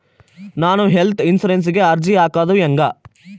ನಾನು ಹೆಲ್ತ್ ಇನ್ಸುರೆನ್ಸಿಗೆ ಅರ್ಜಿ ಹಾಕದು ಹೆಂಗ?